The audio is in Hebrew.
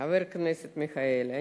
חבר הכנסת מיכאלי,